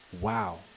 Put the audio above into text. Wow